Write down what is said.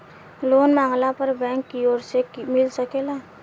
loan मांगला पर bank कियोर से मिल सकेला